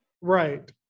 Right